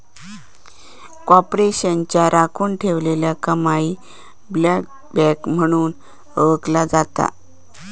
कॉर्पोरेशनच्या राखुन ठेवलेल्या कमाईक ब्लोबॅक म्हणून ओळखला जाता